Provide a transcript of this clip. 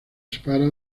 separa